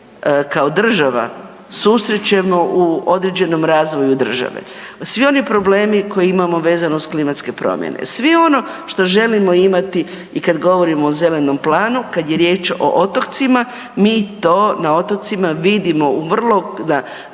kao država susrećemo u određenom razvoju države, svi oni problemi koje imamo vezano uz klimatske promjene, sve ono što želimo imati i kad govorimo o zelenom planu kad je riječ o otocima mi to na otocima vidimo u vrlo,